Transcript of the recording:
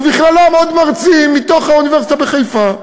ובכללם עוד מרצים מתוך האוניברסיטה בחיפה.